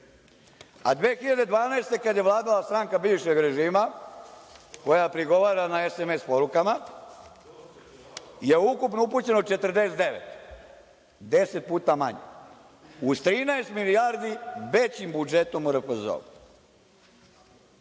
godine, kada je vladala stranka bivšeg režima, koja prigovara na sms porukama, je ukupno upućeno 49, deset puta manje, uz 13 milijardi većim budžetom u RFZO.